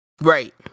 Right